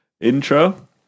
Intro